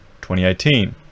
2018